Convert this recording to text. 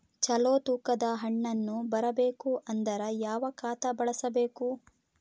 ಚಲೋ ತೂಕ ದ ಹಣ್ಣನ್ನು ಬರಬೇಕು ಅಂದರ ಯಾವ ಖಾತಾ ಬಳಸಬೇಕು?